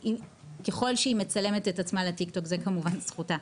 כלל שהיא מצלמת את עצמה לטיקטוק זה כמובן זכותה,